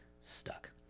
Stuck